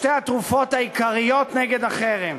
שתי התרופות העיקריות נגד החרם,